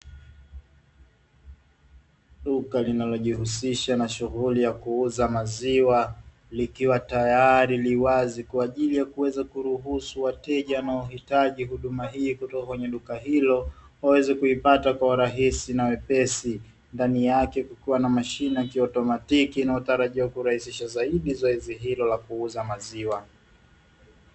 Duka linalojihusisha na shughuli ya kuuza maziwa likiwa tayari liwazi kwa ajili ya kuweza kuruhusu wateja wanaohitaji huduma hii kutoka kwenye duka hilo, waweze kuipata kwa urahisi na wepesi. Ndani yake kukiwa na mashine ya kiautomatiki inayotarajiwa kurahisisha zaidi zoezi hilo la kuuza maziwa.